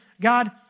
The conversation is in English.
God